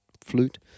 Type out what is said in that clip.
flute